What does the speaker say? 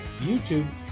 YouTube